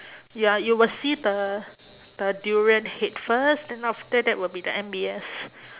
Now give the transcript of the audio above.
ya you must see the the durian head first then after that will be the M_B_S